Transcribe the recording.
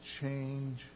change